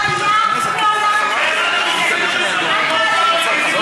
לא היה מעולם תקדים כזה.